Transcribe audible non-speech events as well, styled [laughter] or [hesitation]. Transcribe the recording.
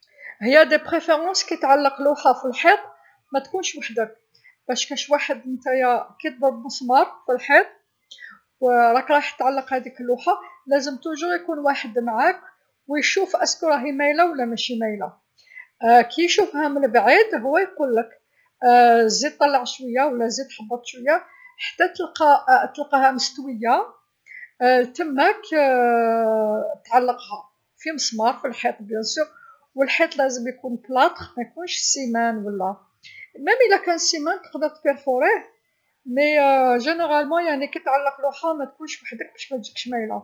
هي من الأفضل كتعلق لوحه في الحيط متكونش وحدك، باش كاش واحد نتايا كتضرب مسمار في الحيط وراك رايح تعلق هاذيك لوحه، لازم دايما يكون واحد معاك و يشوف إذا راهي مايله و لا مشي مايله، [hesitation] كيشوفها مالبعيد هو يقولك [hesitation] زيد طلع شويا و لا زيد هبط شويا، حتى تلقاها مستويه [hesitation] تماك [hesitation] تعلقها في مسمار في الحيط أكيد، و الحيط لازم يكون بلاتر مايكونش سيمان و لا، حتى و إذا كان سيمان تقدر تبارفوريه، بصح أحيانا يعني كتعلق لوحه متكونش وحدك باش متجيكش مايله.